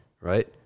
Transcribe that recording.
right